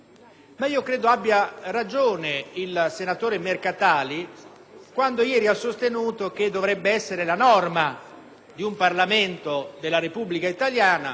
credo che avesse ragione il senatore Mercatali quando ieri ha detto che dovrebbe essere la norma di un Parlamento della Repubblica italiana